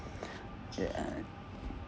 ya